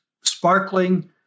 sparkling